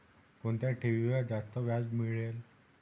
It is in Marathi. कोणत्या ठेवीवर जास्त व्याज मिळेल?